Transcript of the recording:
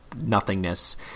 nothingness